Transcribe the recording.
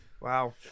Wow